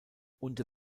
unter